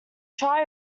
tri